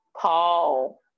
Paul